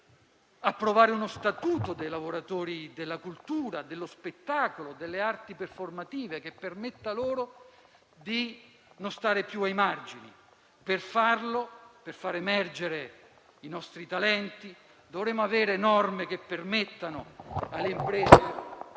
approvare uno statuto dei lavoratori della cultura, dello spettacolo e delle arti performative, che permetta loro di non stare più ai margini. Per farlo, per far emergere i nostri talenti, dovremmo avere norme che permettano alle imprese